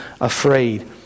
afraid